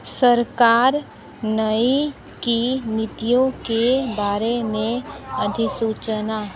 सरकार नई की नीतियों के बारे में अधिसूचना